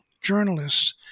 journalists